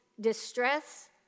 distress